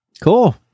Cool